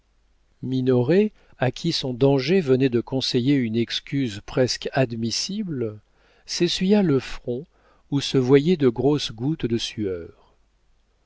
minoret à qui son danger venait de conseiller une excuse presque admissible s'essuya le front où se voyaient de grosses goutte de sueur